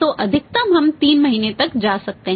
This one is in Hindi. तो अधिकतम हम 3 महीने तक जा सकते हैं